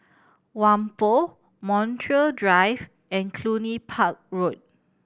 Whampoa Montreal Drive and Cluny Park Road